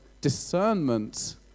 discernment